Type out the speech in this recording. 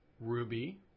Ruby